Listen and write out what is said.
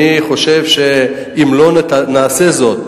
אני חושב שאם לא נעשה זאת,